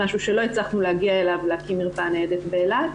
זה משהו שלא הצלחנו להגיע אליו להפעיל מרפאה ניידת באילת.